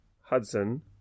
Hudson